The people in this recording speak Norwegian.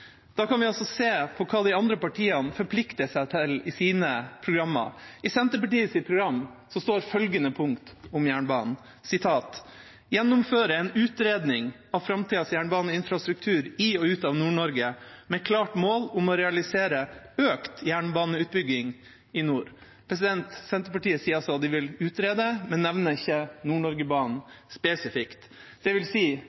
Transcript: Da kan vi se på hva de andre partiene forplikter seg til i sine programmer. I Senterpartiets program står følgende punkt om jernbanen: «– Gjennomføre en utredning av framtidas jernbaneinfrastruktur i og ut av Nord-Norge med klart mål om å realisere økt jernbaneutbygging i nord.» Senterpartiet sier at de vil utrede, men nevner ikke Nord-Norge-banen spesifikt. Det vil si